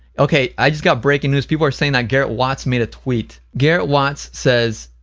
okay, i just got breaking news, people are saying that garrett watts made a tweet. garrett watts says,